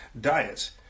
diets